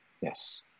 Yes